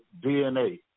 DNA